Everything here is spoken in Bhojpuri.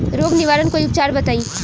रोग निवारन कोई उपचार बताई?